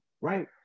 right